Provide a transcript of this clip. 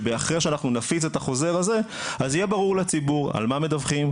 שאחרי שנפיץ את החוזר הזה אז יהיה ברור לציבור על מה מדווחים,